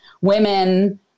women